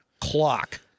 clock